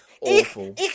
Awful